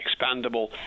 expandable